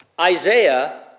Isaiah